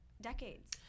Decades